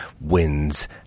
wins